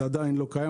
זה עדיין לא קיים,